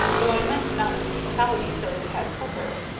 though i meant not to tell you till you'd had supper.